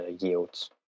yields